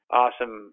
awesome